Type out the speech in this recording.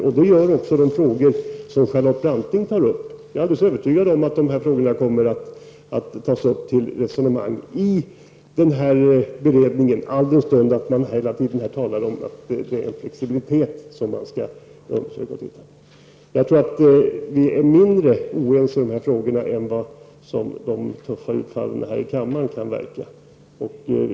Jag är övertygad om att också de frågor som Charlotte Branting tar upp kommer upp till resonemang i beredningen, alldenstund man hela tiden talar om att det är flexibilitet som man skall försöka åstadkomma. Jag tror att vi är mindre oense än vad det kan verka att döma av de tuffa utfallen här i kammaren.